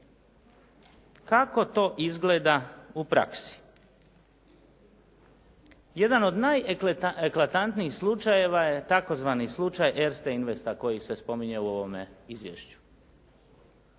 Kako to izgleda u praksi? Jedan od najeklatantnijih slučajeva je tzv. slučaj Erste investa koji se spominje u ovome izvješću.